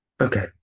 Okay